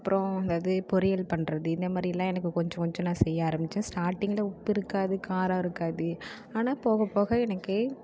அப்புறம் இந்த அது பொரியல் பண்ணுறது இந்த மாதிரிலாம் எனக்கு கொஞ்சம் கொஞ்சம் நான் செய்ய ஆரம்பித்தேன் ஸ்டார்டிங்கில் உப்பு இருக்காது காரம் இருக்காது ஆனால் போக போக எனக்கு